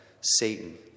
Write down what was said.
Satan